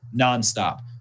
nonstop